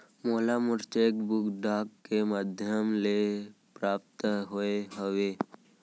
मोला मोर cheque book डाक के मध्याम ले प्राप्त होय हवे